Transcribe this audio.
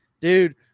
dude